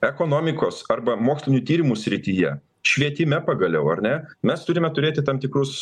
ekonomikos arba mokslinių tyrimų srityje švietime pagaliau ar ne mes turime turėti tam tikrus